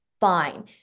fine